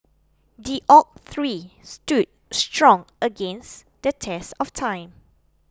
the oak tree stood strong against the test of time